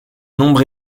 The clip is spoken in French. nombre